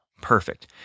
perfect